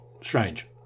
strange